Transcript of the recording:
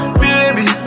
baby